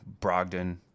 Brogdon